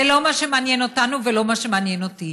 זה לא מה שמעניין אותנו ולא מה שמעניין אותי.